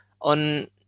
on